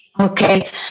Okay